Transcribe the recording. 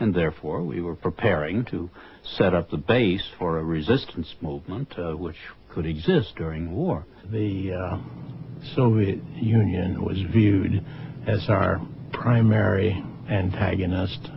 and therefore we were preparing to set up a base for a resistance movement which could exist during war the soviet union was viewed as our primary antagonist